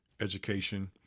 education